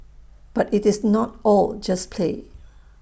but IT is not all just play